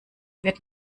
wird